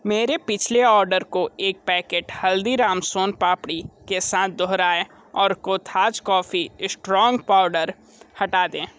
मेरे पिछले ऑर्डर को एक पैकेट हल्दीराम सोन पापड़ी के साथ दोहराएँ और कोथाज़ कॉफ़ी स्ट्रांग पोडर हटा दें